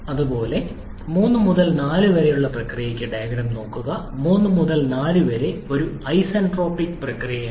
അതുപോലെ 3 മുതൽ 4 വരെയുള്ള പ്രക്രിയയ്ക്ക് ഡയഗ്രം നോക്കുക 3 മുതൽ 4 വരെ ഒരു ഐസന്റ്രോപിക് പ്രക്രിയയാണ്